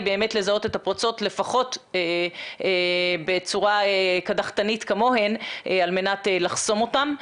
באמת לזהות את הפרצות לפחות בצורה קדחתנית כמוהן על מנת לחסום אותן.